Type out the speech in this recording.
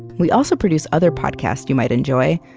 we also produce other podcasts you might enjoy,